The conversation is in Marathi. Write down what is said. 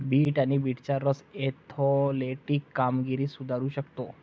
बीट आणि बीटचा रस ऍथलेटिक कामगिरी सुधारू शकतो